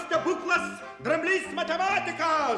stebuklas dramblys matematikas